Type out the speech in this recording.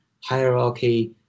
hierarchy